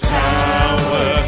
power